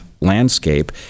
landscape